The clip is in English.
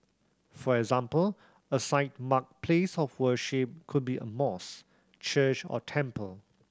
for example a site marked place of worship could be a mosque church or temple